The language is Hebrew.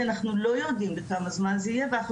כי אנחנו לא יודעים עוד כמה זמן זה יהיה ואנחנו